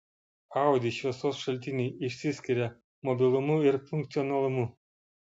audi šviesos šaltiniai išsiskiria mobilumu ir funkcionalumu